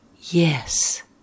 Yes